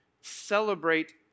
celebrate